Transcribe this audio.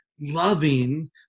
loving